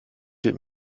wird